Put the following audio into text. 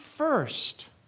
First